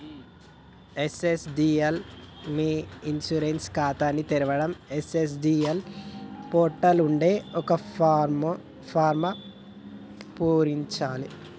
NSDL మీ e insurance ఖాతాని తెరవడం ఎన్.ఎస్.డి.ఎల్ పోర్టల్ లో ఉండే ఒక ఫారమ్ను పూరించాలే